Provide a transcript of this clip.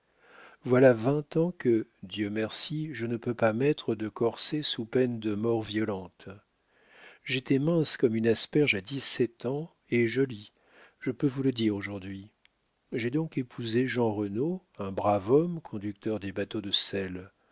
voilà vingt ans que dieu merci je ne peux pas mettre de corset sous peine de mort violente j'étais mince comme une asperge à dix-sept ans et jolie je puis vous le dire aujourd'hui j'ai donc épousé jeanrenaud un brave homme conducteur de bateaux de sel